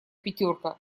пятерка